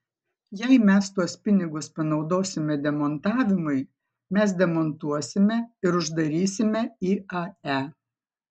jei mes tuos pinigus panaudosime demontavimui mes demontuosime ir uždarysime iae